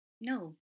no